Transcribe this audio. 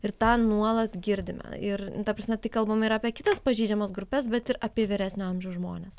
ir tą nuolat girdime ir ta prasme tai kalbame ir apie kitas pažeidžiamas grupes bet ir apie vyresnio amžiaus žmones